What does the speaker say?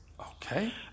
Okay